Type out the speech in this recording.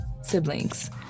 siblings